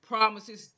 Promises